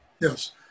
yes